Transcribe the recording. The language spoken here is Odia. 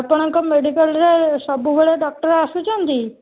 ଆପଣଙ୍କ ମେଡ଼ିକାଲରେ ସବୁବେଳେ ଡ଼କ୍ଟର ଆସୁଛନ୍ତି